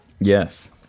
Yes